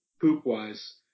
poop-wise